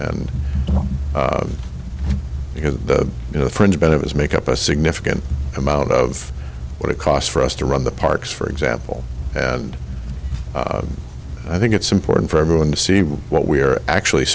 and the fringe benefits make up a significant amount of what it cost for us to run the parks for example and i think it's important for everyone to see what we are actually